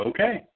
Okay